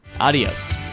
Adios